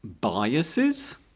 biases